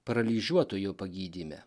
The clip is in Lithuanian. paralyžiuotojo pagydyme